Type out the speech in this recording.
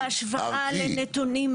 הארצי?